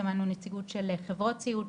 שמענו נציגות של חברות סיעוד,